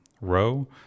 row